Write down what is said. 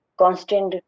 constant